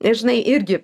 ir žinai irgi